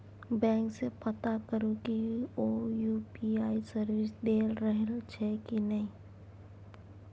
bank सँ पता करु कि ओ यु.पी.आइ सर्विस दए रहल छै कि नहि